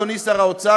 אדוני שר האוצר,